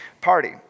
party